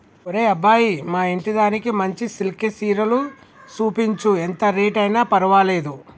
ఒరే అబ్బాయి మా ఇంటిదానికి మంచి సిల్కె సీరలు సూపించు, ఎంత రేట్ అయిన పర్వాలేదు